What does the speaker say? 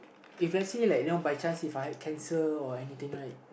if let's say like you know by chance If I had cancer or anything right